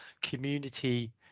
community